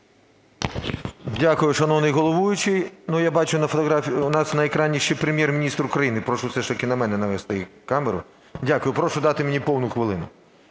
Дякую, шановний головуючий. Ну, я бачу, у нас на екрані ще Прем'єр-міністр України. Прошу все ж таки на мене навести камеру. Дякую. Прошу дати мені повну хвилину.